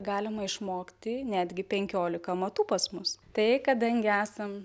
galima išmokti netgi penkiolika amatų pas mus tai kadangi esam